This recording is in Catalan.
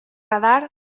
radar